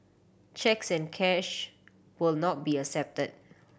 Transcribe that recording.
cheques and cash will not be accepted